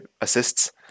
assists